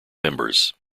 members